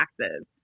taxes